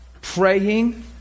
praying